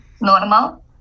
normal